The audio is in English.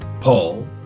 Paul